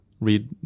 read